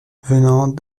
venant